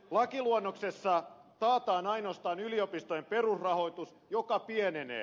lakiluonnoksessa taataan ainoastaan yliopistojen perusrahoitus joka pienenee